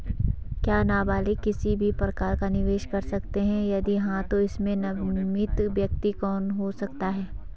क्या नबालिग किसी भी प्रकार का निवेश कर सकते हैं यदि हाँ तो इसमें नामित व्यक्ति कौन हो सकता हैं?